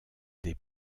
des